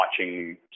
watching